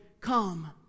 come